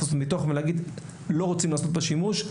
מתוכן ולהגיד לא רוצים לעשות בה שימוש,